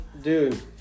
dude